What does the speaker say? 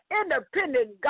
independent